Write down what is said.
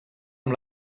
amb